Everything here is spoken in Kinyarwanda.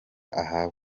ahawe